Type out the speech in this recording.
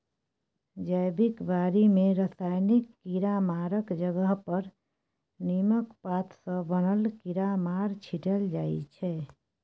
जैबिक बारी मे रासायनिक कीरामारक जगह पर नीमक पात सँ बनल कीरामार छीटल जाइ छै